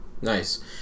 nice